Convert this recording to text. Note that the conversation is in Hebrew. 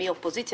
מי אופוזיציה.